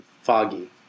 foggy